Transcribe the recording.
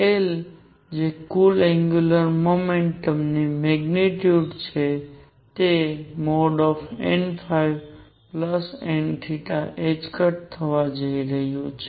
L જે કુલ angular મોમેન્ટમની મેગ્નીટ્યુડ છે તે nn થવા જઈ રહ્યું છે